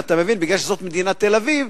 מכיוון שזו מדינת תל-אביב,